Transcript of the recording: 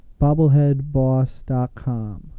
BobbleheadBoss.com